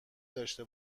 داشته